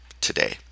today